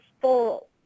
full